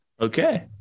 okay